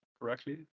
correctly